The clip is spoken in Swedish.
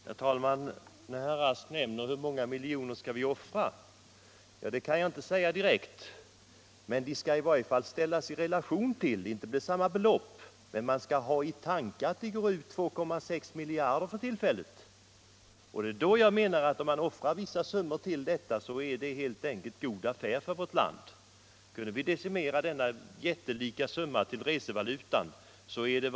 Herr talman! Herr Rask frågar hur många miljoner vi skall offra. Ja, det kan jag inte säga direkt, men vi skall i varje fall ha i tankarna — även om det naturligtvis inte kan bli fråga om samma belopp — att det går ut ur landet 2,6 miljarder för närvarande. Då menar jag, att om man offrar en del pengar på det som jag har föreslagit, så är det helt enkelt en god affär för vårt land. Om vi kan decimera den jättelika summa som nu används för utomlandsresor, så är det god affär.